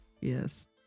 Yes